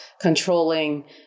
controlling